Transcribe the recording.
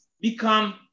become